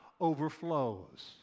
overflows